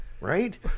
right